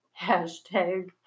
hashtag